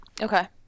okay